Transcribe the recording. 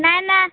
नहि नहि